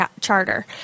Charter